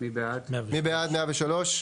מי בעד 103?